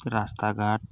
ରାସ୍ତାଘାଟ